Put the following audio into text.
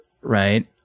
right